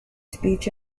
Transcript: speech